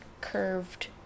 curved